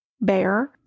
bear